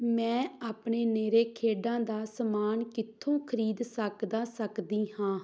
ਮੈਂ ਆਪਣੇ ਨੇੜੇ ਖੇਡਾਂ ਦਾ ਸਮਾਨ ਕਿੱਥੋਂ ਖਰੀਦ ਸਕਦਾ ਸਕਦੀ ਹਾਂ